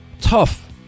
tough